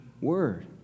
word